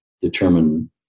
determine